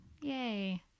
Yay